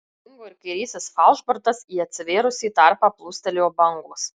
dingo ir kairysis falšbortas į atsivėrusį tarpą plūstelėjo bangos